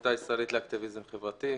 מהעמותה הישראלית לאקטיביזם חברתי,